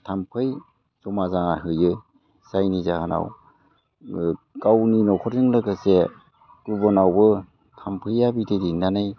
थाम्फै जमा जाना होयो जायनि जाहोनाव गावनि न'खरजों लोगोसे गुबुनावबो थाम्फैया बिदै दैनानै